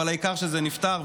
אבל העיקר שזה נפתר,